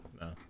no